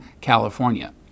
California